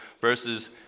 versus